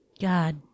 God